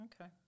okay